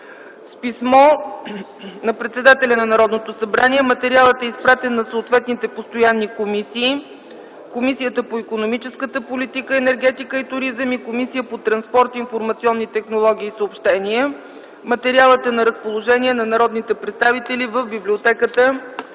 С писмо на председателя на Народното събрание материалът е изпратен на съответните постоянни комисии - Комисията по икономическата политика, енергетика и туризъм и Комисията по транспорт, информационни технологии и съобщения. Материалът е на разположение на народните представители в библиотеката